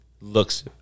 looks